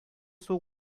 сул